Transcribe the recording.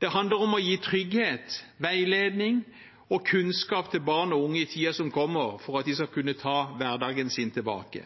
Det handler om å gi trygghet, veiledning og kunnskap til barn og unge i tiden som kommer, for at de skal kunne ta hverdagen sin tilbake.